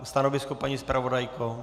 Stanovisko, paní zpravodajko?